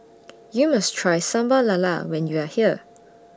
YOU must Try Sambal Lala when YOU Are here